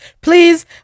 Please